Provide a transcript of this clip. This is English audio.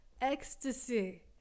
ecstasy